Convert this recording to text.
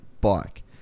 bike